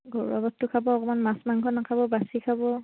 ঘৰুৱা বস্তু খাব অকণমান মাছ মাংস নাখাব বাছি খাব